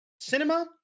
cinema